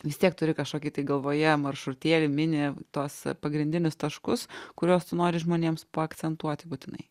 vis tiek turi kažkokį tai galvoje maršrutėlį mini tuos pagrindinius taškus kuriuos tu nori žmonėms paakcentuoti būtinai